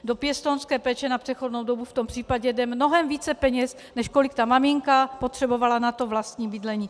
Do pěstounské péče na přechodnou dobu v tom případě jde mnohem více peněz, než kolik maminka potřebovala na vlastní bydlení.